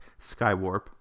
Skywarp